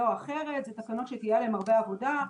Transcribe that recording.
או אחרת אלה תקנות שתהיה עליהן הרבה עבודה,